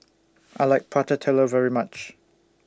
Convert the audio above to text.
I like Prata Telur very much